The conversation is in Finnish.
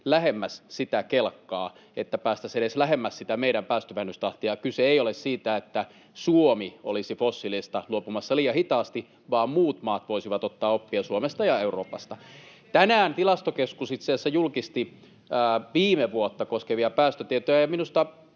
lähemmäs sitä kelkkaa, että päästäisiin edes lähemmäs sitä meidän päästövähennystahtia. Kyse ei ole siitä, että Suomi olisi fossiilista luopumassa liian hitaasti, vaan muut maat voisivat ottaa oppia Suomesta ja Euroopasta. Tänään Tilastokeskus itse asiassa julkisti viime vuotta koskevia päästötietoja,